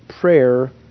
prayer